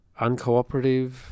uncooperative